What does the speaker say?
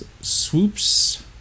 swoops